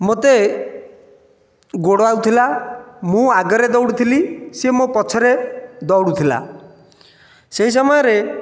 ମୋତେ ଗୋଡ଼ାଉଥିଲା ମୁଁ ଆଗରେ ଦୌଡ଼ୁଥିଲି ସେ ମୋ ପଛରେ ଦୌଡ଼ୁଥିଲା ସେହି ସମୟରେ